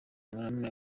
marnaud